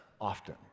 often